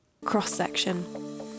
Cross-section